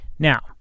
Now